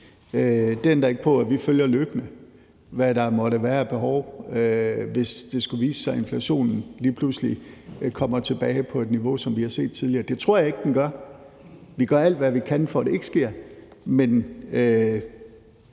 Det ændrer ikke på, at vi løbende følger, hvad der måtte være af behov, hvis det skulle vise sig, at inflationen lige pludselig kommer tilbage på et niveau, som vi har set tidligere. Det tror jeg ikke den gør. Vi gør alt, hvad vi kan, for at det ikke sker, men